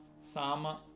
sama